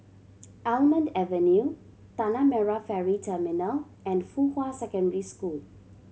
Almond Avenue Tanah Merah Ferry Terminal and Fuhua Secondary School